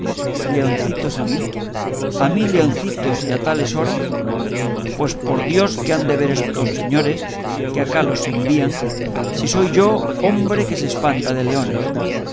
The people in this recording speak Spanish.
leoncitos a mí a mí leoncitos y a tales horas pues por dios que han de ver esos señores que acá los envían si soy yo hombre que se espanta de leones